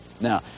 Now